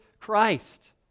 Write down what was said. Christ